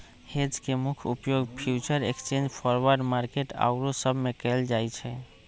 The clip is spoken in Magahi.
हेज के मुख्य उपयोग फ्यूचर एक्सचेंज, फॉरवर्ड मार्केट आउरो सब में कएल जाइ छइ